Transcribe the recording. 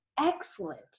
excellent